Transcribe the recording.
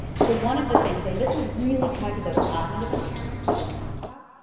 so one of the things, and this is really tied to those cognitive impairments that i'll talk about,